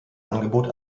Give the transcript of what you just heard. angebot